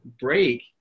break